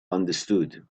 understood